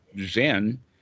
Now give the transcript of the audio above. Zen